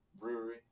Brewery